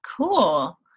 cool